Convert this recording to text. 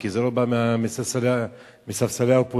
כי זה לא בא מספסלי האופוזיציה.